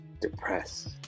depressed